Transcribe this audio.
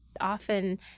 often